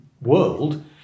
world